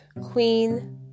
Queen